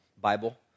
Bible